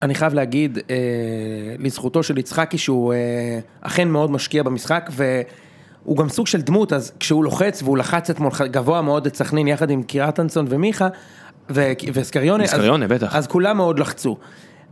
אני חייב להגיד לזכותו של יצחקי שהוא אכן מאוד משקיע במשחק והוא גם סוג של דמות אז כשהוא לוחץ והוא לחץ אתמול גבוה מאוד את סחנין יחד עם קיר אתנזון ומיכה ואסקריוני אז כולם מאוד לחצו